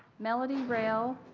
melody rayl,